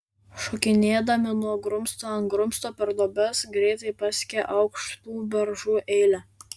šokinėdami nuo grumsto ant grumsto per duobes greitai pasiekė aukštų beržų eilę